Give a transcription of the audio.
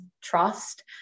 trust